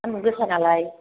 सानदुं गोसा नालाय